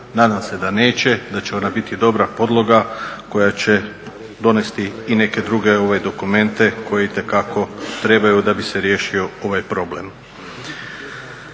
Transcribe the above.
nadam se da neće, da će ona biti dobra podloga koja će donesti i neke druge dokumente koji itekako trebaju da bi se riješio ovaj problem.